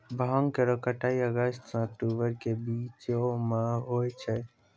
भांग केरो कटाई अगस्त सें अक्टूबर के बीचो म होय छै